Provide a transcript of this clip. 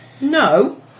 No